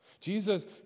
Jesus